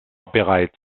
bereits